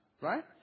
Right